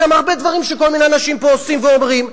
גם הרבה דברים שכל מיני אנשים פה עושים ואומרים,